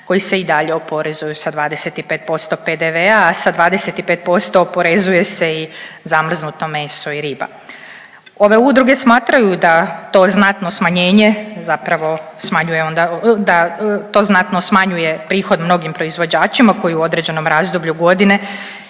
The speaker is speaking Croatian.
koji se i dalje oporezuju sa 25% PDV-a a sa 25% oporezuje se i zamrznuto meso i riba. Ove udruge smatraju da to znatno smanjenje zapravo smanjuje onda, da to znatno smanjuje prihod mnogim proizvođačima koji u određenom razdoblju godine